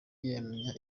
yamenya